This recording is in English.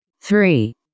three